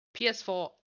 PS4